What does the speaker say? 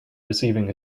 receiving